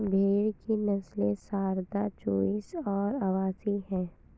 भेड़ की नस्लें सारदा, चोइस और अवासी हैं